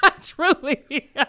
truly